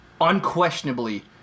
Unquestionably